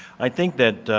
i think that